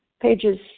pages